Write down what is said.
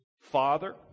father